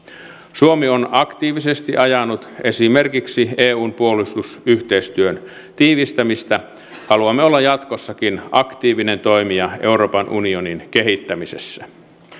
suomi on aktiivisesti ajanut esimerkiksi eun puolustusyhteistyön tiivistämistä haluamme olla jatkossakin aktiivinen toimija euroopan unionin kehittämisessä